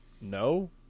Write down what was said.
no